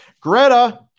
Greta